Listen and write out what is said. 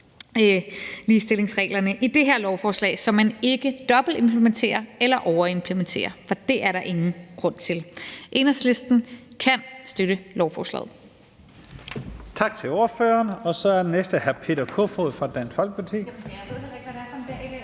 ligestillingsreglerne i det her lovforslag, så man ikke dobbeltimplementere eller overimplementerer, for det er der ingen grund til. Enhedslisten kan støtte lovforslaget.